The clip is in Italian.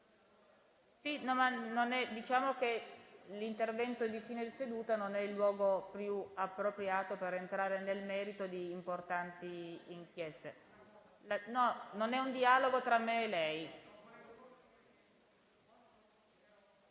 *(Commenti).* L'intervento di fine di seduta non è il luogo più appropriato per entrare nel merito di importanti inchieste. *(Commenti)*. No, non è un dialogo tra me e lei.